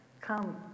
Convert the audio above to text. come